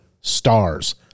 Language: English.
stars